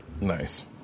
Nice